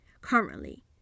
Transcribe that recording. currently